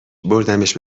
بردمش